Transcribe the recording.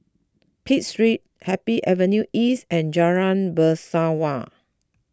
Pitt Street Happy Avenue East and Jalan Bangsawan